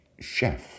chef